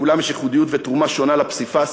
לכולם יש ייחודיות ותרומה שונה לפסיפס